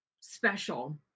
special